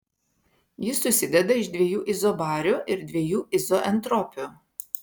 jis susideda iš dviejų izobarių ir dviejų izoentropių